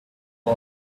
all